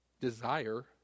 Desire